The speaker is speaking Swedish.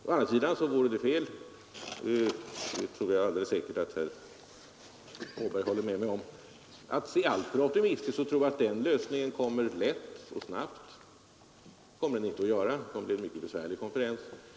Å andra sidan vore det fel — det tror jag att herr Åberg håller med mig om — att vara alltför optimistisk och tro att den lösningen kommer lätt och snabbt. Det kommer att bli en mycket besvärlig konferens.